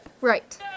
Right